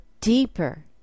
deeper